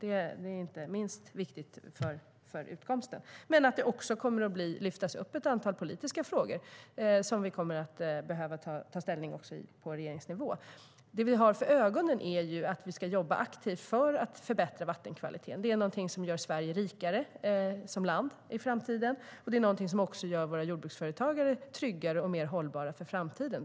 Den är inte minst viktig för utkomsten. Det kommer att lyftas upp ett antal politiska frågor som vi kommer att behöva ta ställning till också på regeringsnivå. Det vi har för ögonen är att vi ska jobba aktivt för att förbättra vattenkvaliteten. Det är någonting som gör Sverige rikare som land i framtiden, och det är någonting som också gör våra jordbruksföretag tryggare och mer hållbara för framtiden.